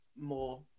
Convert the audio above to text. more